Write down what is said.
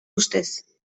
ustez